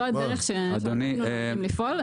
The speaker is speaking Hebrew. זו הדרך שאנחנו נוטים לפעול.